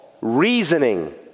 reasoning